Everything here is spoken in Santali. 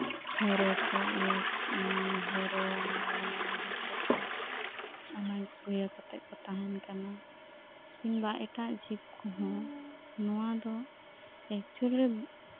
ᱦᱚᱨᱚᱠᱩ ᱤᱭᱟᱹ ᱦᱚᱨᱚ ᱢᱟᱨᱟᱝ ᱢᱟᱨᱟᱝ ᱦᱟᱠᱩ ᱚᱱᱟ ᱤᱭᱟᱹ ᱠᱟᱛᱮᱜ ᱠᱩ ᱛᱟᱦᱮᱱ ᱠᱟᱱᱟ ᱠᱤᱱᱵᱟ ᱮᱴᱟᱜ ᱡᱤᱵᱠᱚᱦᱚᱸ ᱱᱚᱣᱟ ᱫᱚ ᱮᱠᱪᱩᱭᱮᱞᱤ